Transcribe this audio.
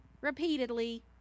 repeatedly